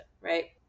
right